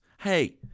Hey